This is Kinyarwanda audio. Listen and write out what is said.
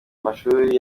mashuri